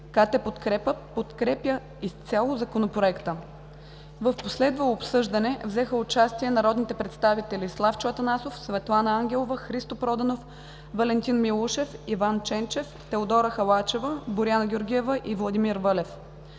КТ „Подкрепа“ подкрепя изцяло Законопроекта. В последвалото обсъждане взеха участие народните представители Славчо Атанасов, Светлана Ангелова, Христо Проданов, Валентин Милушев, Иван Ченчев, Теодора Халачева, Боряна Георгиева и Владимир Вълев.